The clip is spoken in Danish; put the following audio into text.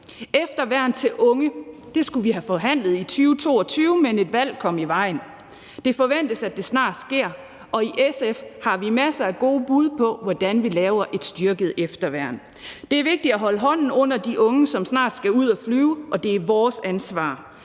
efterværn til unge i 2022, men et valg kom i vejen. Det forventes, at det snart sker, og i SF har vi masser af gode bud på, hvordan vi laver et styrket efterværn. Det er vigtigt at holde hånden under de unge, som snart skal ud at flyve, og det er vores ansvar